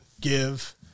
give